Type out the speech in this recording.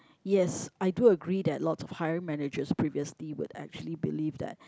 yes I do agree that lots hiring managers previously would actually believe that